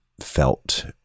felt